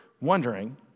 wondering